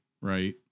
right